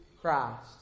Christ